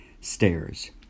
stairs